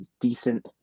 decent